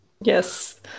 Yes